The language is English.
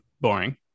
boring